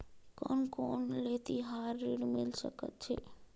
कोन कोन ले तिहार ऋण मिल सकथे?